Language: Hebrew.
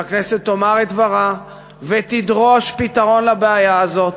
שהכנסת תאמר את דברה ותדרוש פתרון לבעיה הזאת